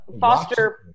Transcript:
Foster